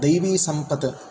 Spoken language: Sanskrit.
दैवीसम्पत्